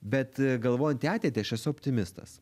bet galvojant į ateitį aš esu optimistas